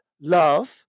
Love